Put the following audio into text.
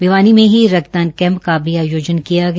भिवानी में ही रक्तदान शिविर का भी आयोजन किया गया